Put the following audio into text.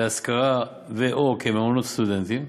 להשכרה או כמעונות סטודנטים